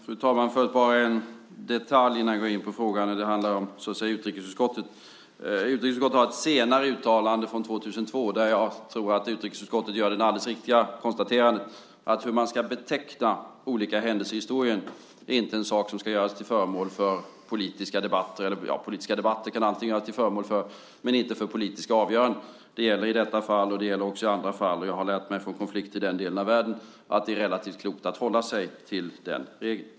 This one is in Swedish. Fru talman! Först vill jag bara ta upp en detalj, innan jag går in på frågan. Det handlar om utrikesutskottet. Utrikesutskottet har ett senare uttalande, från 2002, där jag tror att utrikesutskottet gör det alldeles riktiga konstaterandet att hur man ska beteckna olika händelser i historien inte är något som ska göras till föremål för politiska debatter - eller politiska debatter kan vad som helst göras till föremål för, men inte till föremål för politiska avgöranden. Det gäller i detta fall och det gäller också i andra fall. Jag har lärt mig från konflikter i den delen av världen att det är relativt klokt att hålla sig till den regeln.